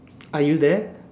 are you there